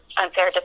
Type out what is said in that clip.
Unfair